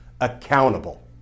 accountable